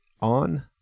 on